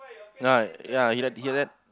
ah ya you like to hear that